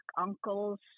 uncles